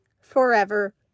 forever